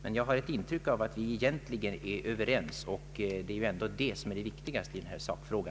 Men jag har ett intryck av att statsrådet egentligen är överens med mig på denna punkt, och det är ändå det viktigaste i denna sakfråga.